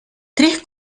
tres